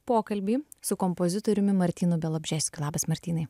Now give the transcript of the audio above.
pokalbį su kompozitoriumi martynu bialobžeskiu labas martynai